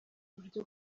uburyo